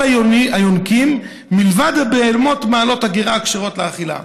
היונקים מלבד הבהמות מעלות הגרה הכשרות לאכילה.